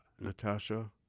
Natasha